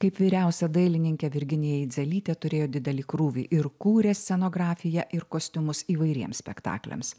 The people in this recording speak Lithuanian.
kaip vyriausia dailininkė virginija idzelytė turėjo didelį krūvį ir kūrė scenografiją ir kostiumus įvairiems spektakliams